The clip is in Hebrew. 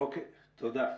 אוקיי, תודה.